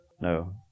No